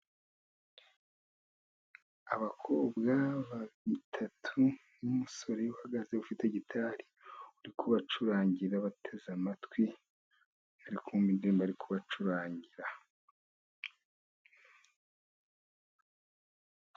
Abakobwa batatu n'umusore uhagaze ufite gitari, uri kubacurangira bateze amatwi, bari kumva indirimbo ari kubacurangira.